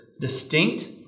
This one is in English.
distinct